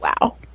Wow